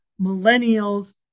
Millennials